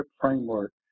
framework